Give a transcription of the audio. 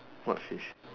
what fish